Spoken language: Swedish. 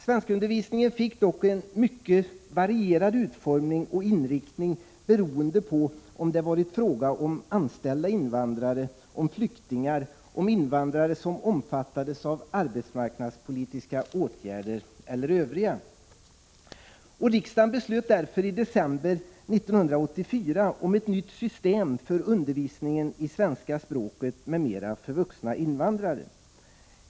Svenskundervisningen fick dock en mycket varierad utformning och inriktning, beroende på om det varit fråga om anställda invandrare, flyktingar, invandrare som omfattades av arbetsmarknadspolitiska åtgärder eller övriga. Riksdagen beslöt därför i december 1984 om ett nytt system för undervisningen i svenska språket m.m. för vuxna invandrare.